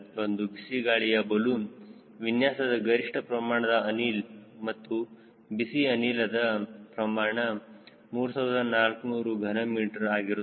ಒಂದು ಬಿಸಿ ಗಾಳಿಯ ಬಲೂನ್ ವಿನ್ಯಾಸದಲ್ಲಿ ಗರಿಷ್ಠ ಪ್ರಮಾಣದ ಅನಿಲ ಅಂದರೆ ಬಿಸಿ ಅನಿಲದ ಪ್ರಮಾಣ 3400 ಘನ ಮೀಟರ್ ಆಗಿರುತ್ತದೆ